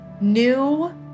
new